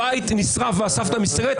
הבית נשרף והסבתא מסתרקת,